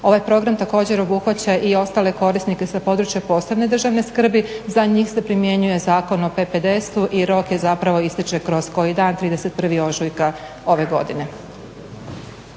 Ovaj program također obuhvaća i ostale korisnike sa PPDS-a. Za njih se primjenjuje Zakon o PPDS-u i rok zapravo ističe kroz koji dan, 31. ožujka ove godine.